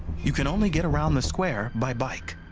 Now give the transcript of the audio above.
you can only get round the square by bike.